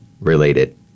related